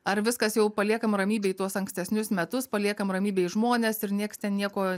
ar viskas jau paliekam ramybėj tuos ankstesnius metus paliekam ramybėj žmones ir nieks ten nieko